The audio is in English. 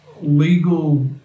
legal